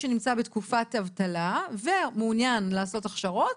שנמצא בתקופת אבטלה ומעונין לעשות הכשרות.